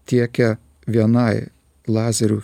tiekia vienai lazerių